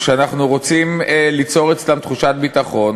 שאנחנו רוצים ליצור אצלם תחושת ביטחון